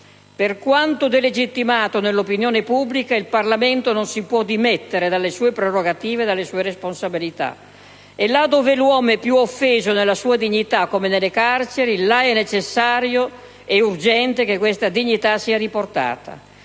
Per quanto delegittimato nell'opinione pubblica, il Parlamento non si può dimettere dalle sue prerogative e dalle sue responsabilità, e là dove l'uomo è più offeso nella sua dignità, come nelle carceri, là è necessario e urgente che questa dignità sia riportata.